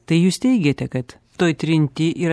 tai jūs teigiate kad toj trinty yra